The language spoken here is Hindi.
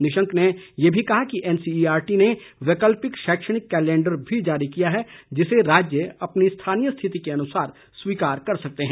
निशंक ने यह भी कहा कि एनसीईआरटी ने वैकल्पिक शैक्षणिक कलेंडर भी जारी किया है जिसे राज्य अपनी स्थानीय स्थिति के अनुसार स्वीकार कर सकते हैं